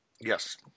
Yes